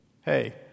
hey